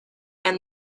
and